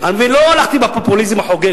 לא הלכתי בפופוליזם החוגג,